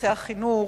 בנושא החינוך: